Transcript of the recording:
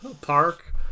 park